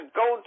go